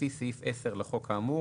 לפי סעיף 10 לחוק האמור.